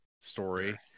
story